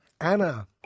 Anna